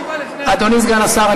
אדוני סגן השר,